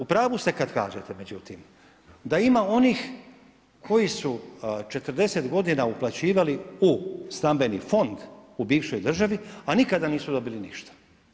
U pravu ste kad kažete međutim, da ima onih koji su 40 godina uplaćivali u stambeni fond u bivšoj državi, a nikada nisu dobili ništa.